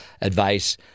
advice